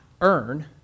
earn